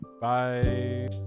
Bye